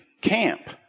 camp